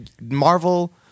Marvel